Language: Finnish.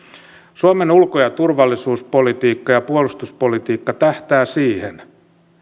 suomen ulko ja turvallisuuspolitiikka ja puolustuspolitiikka tähtäävät siihen